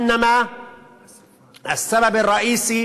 הסיבה המרכזית